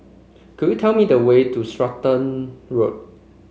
could you tell me the way to Stratton Road